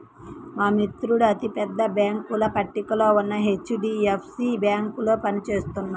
మా మిత్రుడు అతి పెద్ద బ్యేంకుల పట్టికలో ఉన్న హెచ్.డీ.ఎఫ్.సీ బ్యేంకులో పని చేస్తున్నాడు